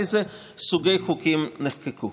ואיזה סוגי חוקים נחקקו.